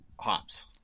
hops